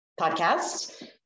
podcast